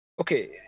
okay